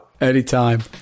Anytime